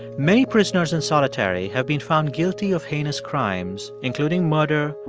many prisoners in solitary have been found guilty of heinous crimes including murder,